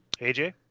AJ